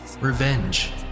revenge